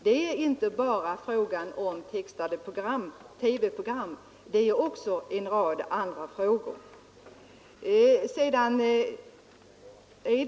Det är inte bara textade TV-program utan också en rad andra frågor som kommer att behandlas.